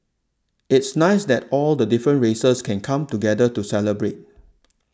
it's nice that all the different races can come together to celebrate